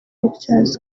pictures